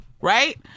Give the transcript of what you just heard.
Right